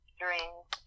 dreams